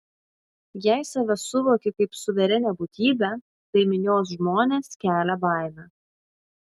jei save suvoki kaip suverenią būtybę tai minios žmonės kelia baimę